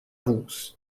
vůz